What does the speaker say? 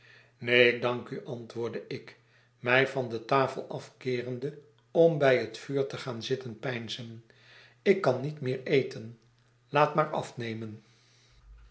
ik dank u antwoordde ik mij van de tafel afkeerende om bij het vuur te gaan zitten peinzen ik kan niet meer eten laat maar afnemen